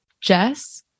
Jess